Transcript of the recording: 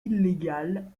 illégales